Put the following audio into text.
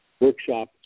workshop